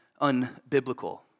unbiblical